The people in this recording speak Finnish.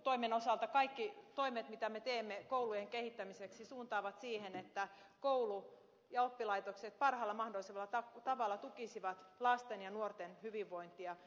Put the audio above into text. opetustoimen osalta kaikki toimet mitä me teemme koulujen kehittämiseksi suuntaavat siihen että koulu ja oppilaitokset parhaalla mahdollisella tavalla tukisivat lasten ja nuorten hyvinvointia